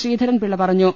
ശ്രീധരൻപിള്ള പറഞ്ഞു